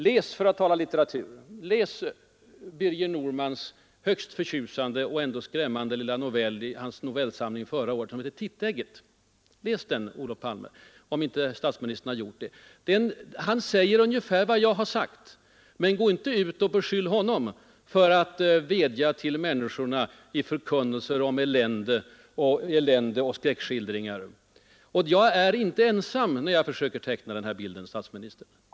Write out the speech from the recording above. Läs — för att tala litteratur — Birger Normans högst förtjusande men ändå skrämmande lilla novell ”Tittägget” i hans novellsamling förra året, om inte statsministern redan har gjort det! Han säger ungefär vad jag har sagt. Men gå fördenskull inte ut och beskyll honom för att vädja till människorna med förkunnelser om elände och skräckskildringar! Jag är alltså inte ensam när jag försöker teckna den här bilden, herr statsminister.